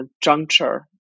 juncture